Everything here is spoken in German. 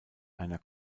einer